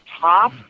top